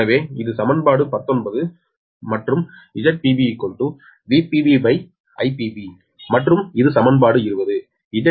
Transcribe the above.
எனவே இது சமன்பாடு 19 மற்றும் ZpBVpBIpBமற்றும் இது சமன்பாடு 20 ZsBVsBIsB